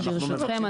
ברשותכם,